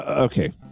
Okay